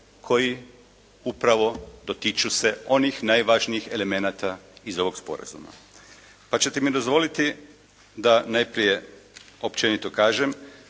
koji upravo dotiču se onih najvažnijih elemenata iz ovog sporazuma. Pa ćete mi dozvoliti da najprije općenito kažem,